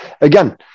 again